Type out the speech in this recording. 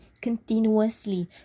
continuously